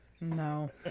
No